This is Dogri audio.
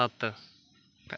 सत्त